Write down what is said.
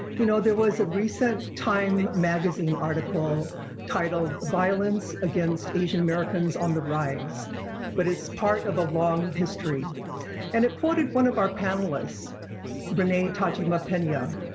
you know there was a recent time magazine ah titled violence against asian americans on the rise but it's part of a long history and it quoted one of our panelists renee tajima-pena,